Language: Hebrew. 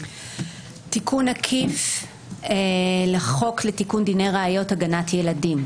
תיקון החוק לתיקון דיני הראיות (הגנת ילדים)